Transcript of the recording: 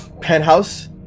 penthouse